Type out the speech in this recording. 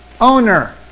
owner